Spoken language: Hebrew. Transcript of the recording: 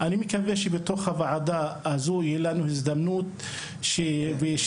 אני מקווה שבתוך הוועדה הזו תהיה לנו הזדמנות ושאיפה